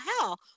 hell